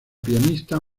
pianista